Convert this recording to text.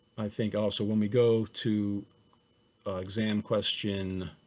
i think also when we go to exam question